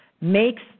makes